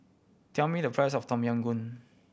tell me the price of Tom Yam Goong